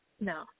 No